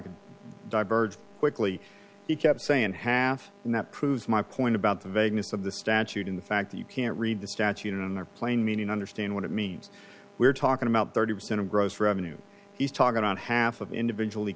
can diverged quickly you kept saying half and that proves my point about the vagueness of the statute in the fact that you can't read the statute in the plain meaning understand what it means we're talking about thirty percent of gross revenues he's talking on half of individually